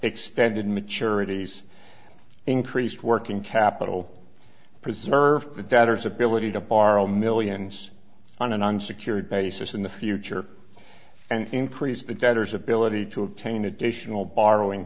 extended maturities increased working capital preserve the debtors ability to borrow millions on an unsecured basis in the future and increase the debtors ability to obtain additional borrowing